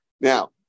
Now